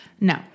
No